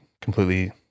completely